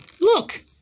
look